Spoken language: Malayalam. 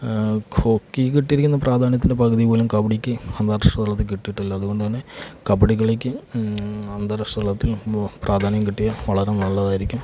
ഹോക്കിക്ക് കിട്ടിയിരിക്കുന്ന പ്രാധാന്യത്തിൻ്റെ പകുതി പോലും കബഡിക്ക് അന്താരാഷ്ട്ര തലത്തിൽ കിട്ടിയിട്ടില്ല അതുകൊണ്ട് തന്നെ കബഡി കളിക്ക് അന്താരാഷ്ട്ര തലത്തിൽ പ്രാധാന്യം കിട്ടിയാൽ വളരെ നല്ലതായിരിക്കും